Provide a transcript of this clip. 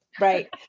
right